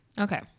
Okay